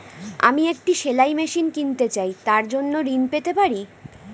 আমি একটি সেলাই মেশিন কিনতে চাই তার জন্য ঋণ পেতে পারি?